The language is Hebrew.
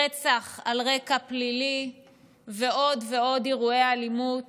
רצח על רקע פלילי ועוד ועוד אירועי אלימות